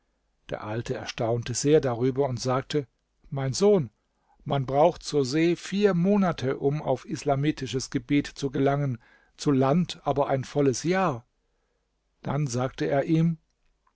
der alte erstaunte sehr darüber und sagte mein sohn man braucht zur see vier monate um auf islamitisches gebiet zu gelangen zu land aber ein volles jahr dann sagte er ihm